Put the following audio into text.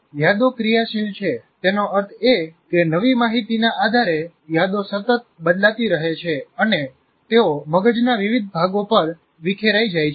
યાદો ક્રિયાશીલ છે તેનો અર્થ એ કે નવી માહિતીના આધારે યાદો સતત બદલાતી રહે છે અને તેઓ મગજના વિવિધ ભાગો પર વિખેરાઈ જાય છે